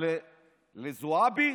אבל לזועבי,